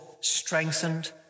strengthened